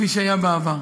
כפי שהיה בעבר.